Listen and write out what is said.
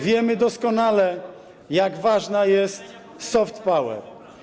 Wiemy doskonale, jak ważna jest soft power.